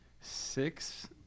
Six